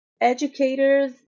Educators